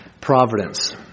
providence